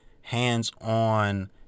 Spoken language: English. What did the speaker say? hands-on